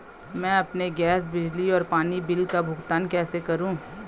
मैं अपने गैस, बिजली और पानी बिल का भुगतान कैसे करूँ?